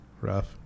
rough